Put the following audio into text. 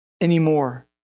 anymore